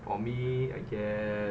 for me I guess